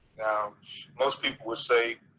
now most people would say,